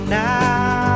now